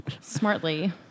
Smartly